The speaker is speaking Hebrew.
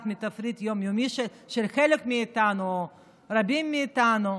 מהיום-יום של חלק מאיתנו או של רבים מאיתנו.